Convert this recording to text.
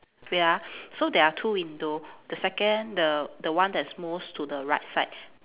wait ah so there are two window the second the the one that's most to the right side